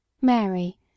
Mary